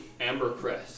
Ambercrest